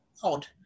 POD